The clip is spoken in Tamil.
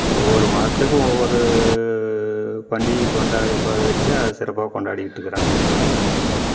ஒவ்வொரு மதத்துக்கும் ஒவ்வொரு பண்டிகை கொண்டாடி வச்சு அதை சிறப்பாக கொண்டாடிக்கிட்ருக்கிறாங்க